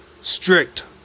strict